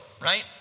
Right